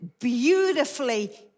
beautifully